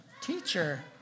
Teacher